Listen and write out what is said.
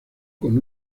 con